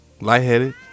lightheaded